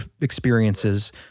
experiences